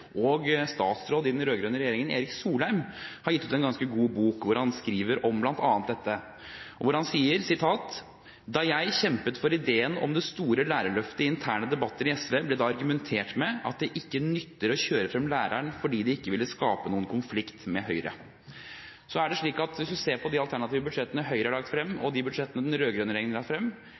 og statsråd i den rød-grønne regjeringen, Erik Solheim, har gitt ut en ganske god bok, hvor han skriver om bl.a. dette, og hvor han sier: «Da jeg kjempet for ideen om det store lærerløftet i interne debatter i SV, ble det argumentert med at det ikke nytter å kjøre fram læreren, fordi det ikke vil skape noen konflikt med Høyre.» Hvis man ser på de alternative budsjettene Høyre har lagt frem, og de budsjettene den rød-grønne regjeringen har lagt frem,